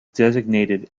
designated